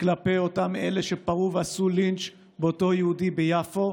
כלפי אותם אלה שפרעו ועשו לינץ' באותו יהודי ביפו,